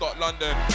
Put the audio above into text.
London